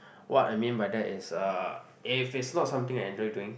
what I mean by that is uh if it's not something I enjoy doing